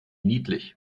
niedlich